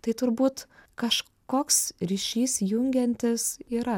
tai turbūt kažkoks ryšys jungiantis yra